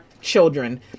children